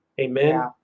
Amen